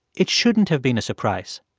it shouldn't have been a surprise.